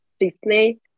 Disney